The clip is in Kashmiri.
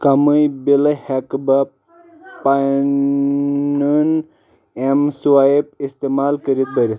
کَمٕے بِلہٕ ہیٚکہٕ بہٕ پَنُن ایم سٕوایپ اِستعمال کٔرِتھ بٔرِتھ